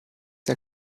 der